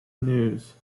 news